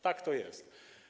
Tak to jest.